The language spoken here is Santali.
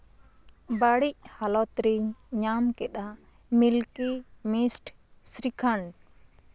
ᱵᱟᱹᱲᱤᱡ ᱦᱟᱞᱚᱛ ᱨᱤᱧ ᱧᱟᱢ ᱠᱮᱫᱟ ᱢᱤᱞᱠᱤ ᱢᱤᱥᱰ ᱥᱨᱤᱠᱷᱚᱱᱰ